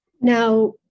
Now